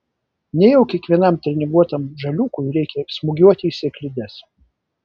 nejau kiekvienam treninguotam žaliūkui reikia smūgiuoti į sėklides